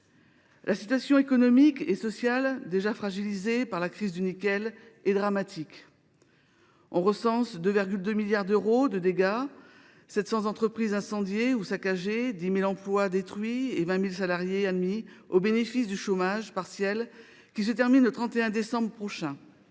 La situation économique et sociale, déjà fragilisée par la crise du nickel, est dramatique. On recense 2,2 milliards d’euros de dégâts, 700 entreprises incendiées ou saccagées, 10 000 emplois détruits et 20 000 salariés admis au bénéfice du chômage partiel, qui prendra fin le 31 décembre prochain.